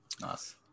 Nice